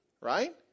Right